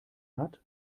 hat